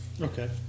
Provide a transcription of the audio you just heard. Okay